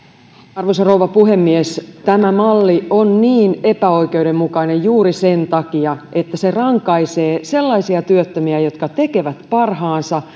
arvoisa rouva puhemies tämä malli on niin epäoikeudenmukainen juuri sen takia että se rankaisee sellaisia työttömiä jotka tekevät parhaansa